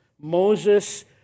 Moses